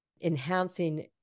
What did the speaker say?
enhancing